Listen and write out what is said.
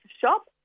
shop